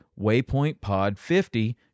waypointpod50